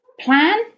plan